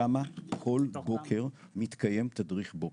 שמה כל בוקר מתקיים תדריך בוקר,